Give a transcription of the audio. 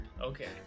okay